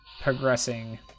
progressing